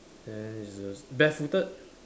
then it's the barefooted